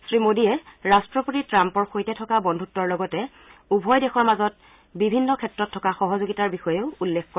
শ্ৰী মোদীয়ে ৰাট্টপতি ট্ৰাম্পৰ সৈতে থকা বন্ধুতৰ লগতে উভয় দেশৰ মাজত বিভিন্ন ক্ষেত্ৰত থকা সহযোগৰ বিষয়েও উল্লেখ কৰে